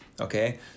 okay